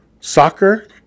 soccer